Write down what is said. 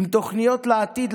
עם תוכניות לעתיד,